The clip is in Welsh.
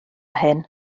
hyn